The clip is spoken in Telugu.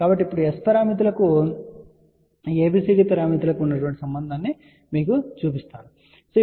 కాబట్టి ఇప్పుడు S పారామితులకు ABCD పారామితులకు ఉన్న సంబంధాన్ని నేను మీకు చూపించబోతున్నాను